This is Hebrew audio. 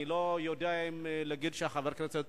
אני לא יודע להגיד אם חבר הכנסת